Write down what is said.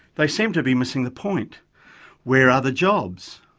they seem to be missing the point where are the jobs?